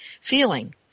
feeling